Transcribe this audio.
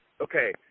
Okay